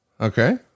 Okay